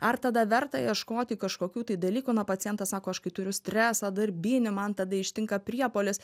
ar tada verta ieškoti kažkokių tai dalykų na pacientas sako aš kai turiu stresą darbinį man tada ištinka priepuolis